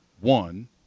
One